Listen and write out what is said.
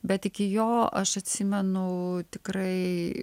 bet iki jo aš atsimenu tikrai